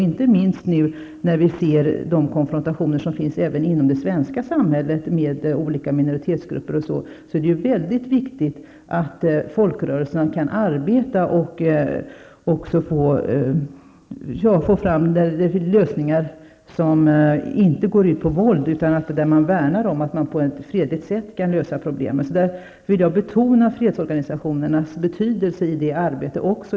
Mot bakgrund av de konfrontationer som finns med olika majoritetsgrupper, även inom det svenska samhället, är det mycket viktigt att folkrörelserna kan arbeta och få fram lösningar som inte går ut på våld. De värnar om att man på ett fredligt sätt skall lösa problemen. Jag vill därför betona fredsorganisationernas betydelse i det arbetet.